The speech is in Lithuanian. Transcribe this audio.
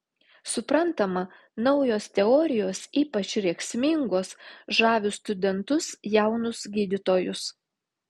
suprantama naujos teorijos ypač rėksmingos žavi studentus jaunus gydytojus